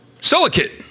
Silicate